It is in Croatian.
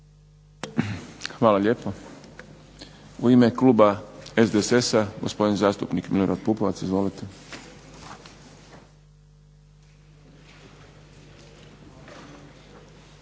Hvala lijepa. U ime Kluba SDSS-a gospodin zastupnik Milorad Pupovac. Izvolite.